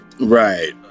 right